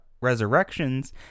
Resurrections